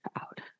out